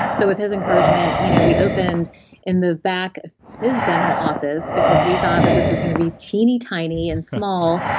so with his encouragement you know we opened in the back of his dental office, because we thought that this was going to be teeny-tiny and small,